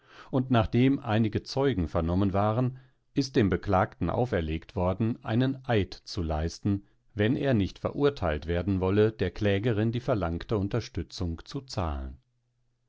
und nachdem einige zeugen vernommen waren ist dem beklagten auferlegt worden einen eid zu leisten wenn er nicht verurteilt werden wolle der klägerin die verlangte unterstützung zu zahlen